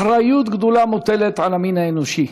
אחריות גדולה מוטלת על המין האנושי,